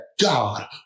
God